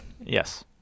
Yes